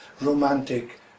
romantic